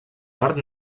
part